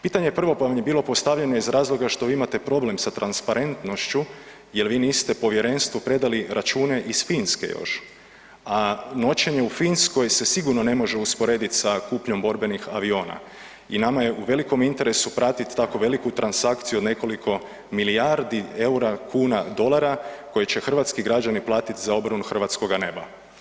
Pitanje prvo vam je bilo postavljeno iz razloga što vi imate problem sa transparentnošću jer vi niste povjerenstvu predali račune iz Finske još, a noćenje u Finskoj se sigurno ne može usporediti sa kupnjom borbenih aviona i nama je u velikom interesu pratiti tako veliku transakciju od nekoliko milijardi eura, kuna, dolara koje će hrvatski građani platiti za obranu hrvatskoga neba.